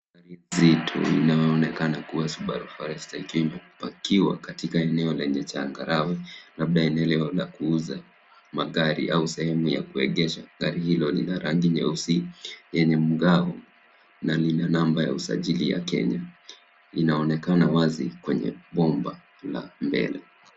Gari nzito linaloonekana kuwa Subaru Forester ikiwa imepakiwa katika eneo lenye changarawe labda eneo la kuuza magari au sehemu ya kuegesha. Gari hilo lina rangi nyeusi yenye mng'ao na lina namba ya usajili ya Kenya. Inaonekana wazi kwenye bomba la mbele.